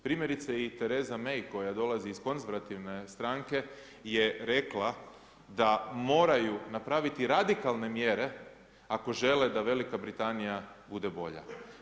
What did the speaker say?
Primjerice i Theresa May koja dolazi iz konzervativne stranke jer rekla da moraju napraviti radikalne mjere ako žele da V. Britanija bude bolja.